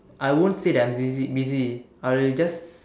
I won't say that I'm busy busy I will just